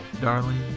darling